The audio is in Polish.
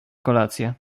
kolację